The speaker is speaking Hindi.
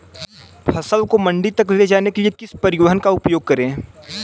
फसल को मंडी तक ले जाने के लिए किस परिवहन का उपयोग करें?